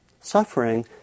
suffering